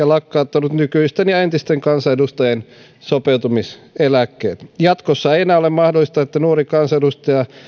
ja lakkauttanut nykyisten ja entisten kansanedustajien sopeutumiseläkkeet jatkossa ei enää ole mahdollista että nuori kansanedustaja